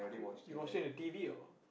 you watch it on the t_v or